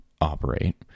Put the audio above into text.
operate